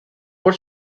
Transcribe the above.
por